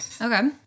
Okay